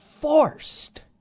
forced